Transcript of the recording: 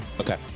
okay